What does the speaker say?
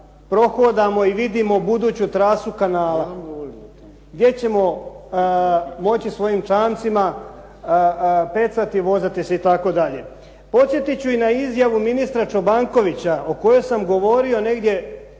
prohodamo i vidimo buduću trasu kanala, gdje ćemo moći svojim čamcima pecati, vozati se itd. Posjetit ću i na izjavu ministra Čobankovića o kojoj sam govorio negdje